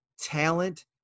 talent